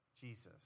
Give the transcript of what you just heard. Jesus